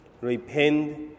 Repent